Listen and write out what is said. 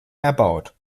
erbaut